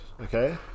Okay